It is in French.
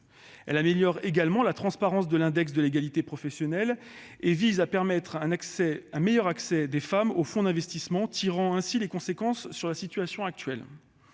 Il améliore également la transparence de l'index de l'égalité professionnelle et permet un meilleur accès des femmes aux fonds d'investissement. Ce faisant, il tire les conséquences de la situation actuelle.